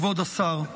כבוד השר,